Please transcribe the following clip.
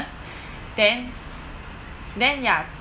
then then ya